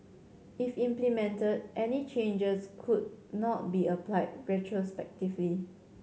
if implemented any changes could not be applied retrospectively